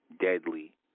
deadly